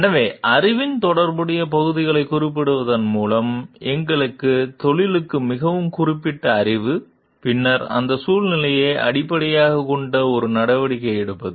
எனவே அறிவின் தொடர்புடைய பகுதிகளைக் குறிப்பிடுவதன் மூலம் எங்களுக்குத் தொழிலுக்கு மிகவும் குறிப்பிட்ட அறிவு பின்னர் அந்த சூழ்நிலையை அடிப்படையாகக் கொண்ட ஒரு நடவடிக்கை எடுப்பது